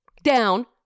down